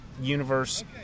universe